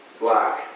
black